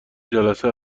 جلسه